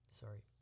Sorry